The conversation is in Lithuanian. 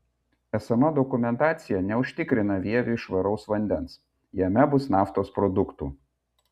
esama dokumentacija neužtikrina vieviui švaraus vandens jame bus naftos produktų